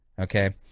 Okay